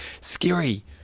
scary